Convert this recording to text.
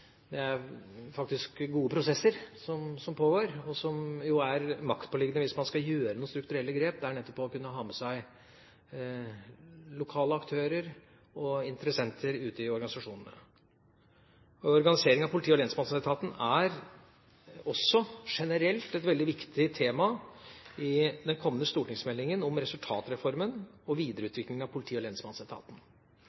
som jo er maktpåliggende hvis man skal gjøre noen strukturelle grep, er nettopp å kunne ha med seg lokale aktører og interessenter ute i organisasjonene. Organisering av politi- og lensmannsetaten er også generelt et veldig viktig tema i den kommende stortingsmeldingen om resultatreformen og